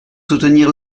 soutenir